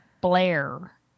Blair